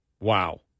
Wow